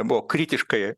buvo kritiškai